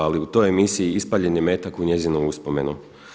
Ali u toj emisiji ispaljen je metak u njezinu uspomenu.